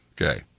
Okay